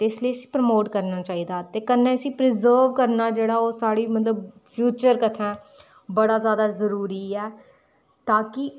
ते इसलेई इसी प्रमोट करना चाहिदा ते कन्नै इसी प्रिजर्व करना जेह्ड़ा ओह् साह्ड़ी मतलब फ्यूचर कथें बड़ा ज़्यादा ज़रूरी ऐ ता कि